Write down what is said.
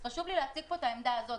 אז חשוב לי להציג פה את העמדה הזאת.